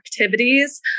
activities